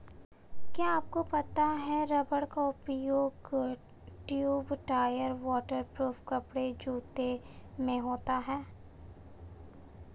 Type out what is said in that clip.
क्या आपको पता है रबर का उपयोग ट्यूब, टायर, वाटर प्रूफ कपड़े, जूते में होता है?